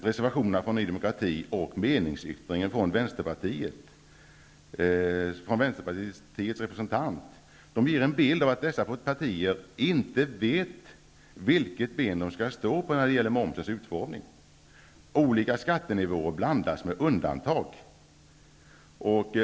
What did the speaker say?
Reservationerna från Ny demokrati och meningsyttringen från Vänsterpartiets representant ger en bild av att dessa partier inte vet vilket ben de skall stå på när det gäller momsens utformning. Olika skattenivåer blandas med undantag.